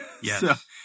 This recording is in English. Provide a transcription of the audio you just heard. Yes